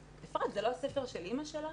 אפרת, זה לא הספר של אמא שלך?